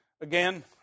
Again